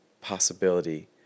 possibility